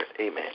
Amen